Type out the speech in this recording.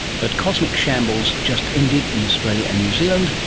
but cosmic shambles just ended in australia and new zealand,